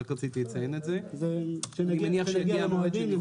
כשנגיע למועדים.